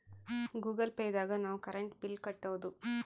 Google Pay ದಾಗ ನಾವ್ current bill ಕಟ್ಟೋದು